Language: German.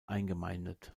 eingemeindet